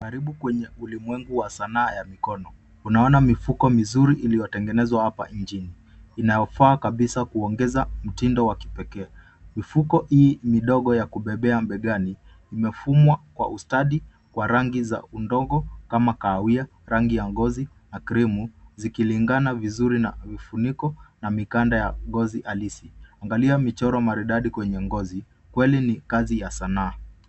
Karibu kwenye ulimwengu wa sanaa ya mikono. Utakutana na mifuko mizuri iliyotengenezwa hapa nchini. Inafaa kabisa kuongeza mtindo wa kipekee. Mifuko hii midogo ya kubebea vitu imesokotwa kwa ustadi kwa kutumia rangi za upole kama kahawia, rangi ya ngozi, na kremu, zikilingana vizuri na vifuniko na mikanda ya ngozi halisi. Angalia michoro maridadi kwenye ngozi — kweli ni kazi ya sanaa.